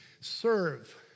serve